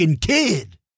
kid